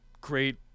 great